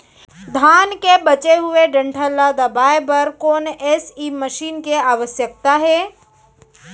धान के बचे हुए डंठल ल दबाये बर कोन एसई मशीन के आवश्यकता हे?